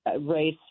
race